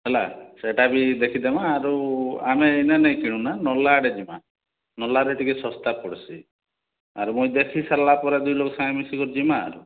ହେଲା ସେଟା ବି ଦେଖିଦେମା ଆରୁ ଆମେ ଏଇନେ ନାଇଁ କିଣୁନା ନର୍ଲା ଆଡ଼େ ଯିମା ନର୍ଲାରେ ଟିକେ ଶସ୍ତା ପଡ଼ସି ଆରୁ ମୁଇଁ ଦେଖି ସାରିଲାପରେ ମିଶିକରି ଯିମାଁ